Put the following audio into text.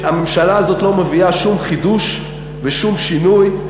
"הממשלה הזאת לא מביאה שום חידוש ושום שינוי".